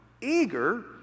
eager